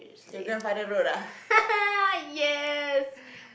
your grandfather road ah